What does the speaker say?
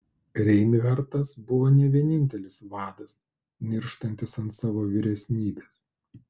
reinhartas buvo ne vienintelis vadas nirštantis ant savo vyresnybės